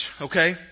okay